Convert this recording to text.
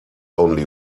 only